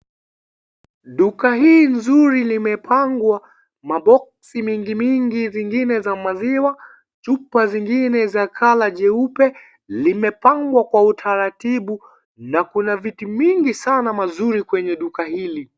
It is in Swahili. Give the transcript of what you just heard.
Duka hii nzuri limepangwa maboksi mingi mingi zingine za maziwa, chupa zingine za (CS)colour(CS)jeupe limepangwa Kwa utaratibu na kuna vitu mingi sana mazuri kwenye duka hili.